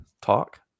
talk